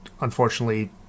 unfortunately